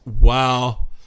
Wow